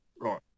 right